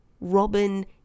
Robin